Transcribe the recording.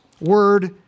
word